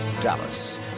Dallas